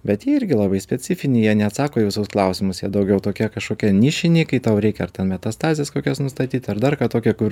bet jie irgi labai specifiniai jie neatsako į visus klausimus jie daugiau tokie kažkokie nišiniai kai tau reikia ar ten metastazes kokias nustatyt ar dar ką tokio kur